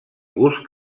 gust